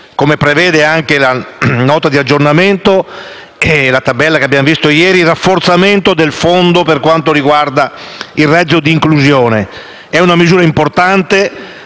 come prevede anche la Nota di aggiornamento nella tabella che abbiamo esaminato ieri - riguarda il rafforzamento per quanto riguarda il reddito di inclusione. È una misura importante,